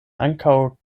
ankaŭ